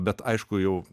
bet aišku jau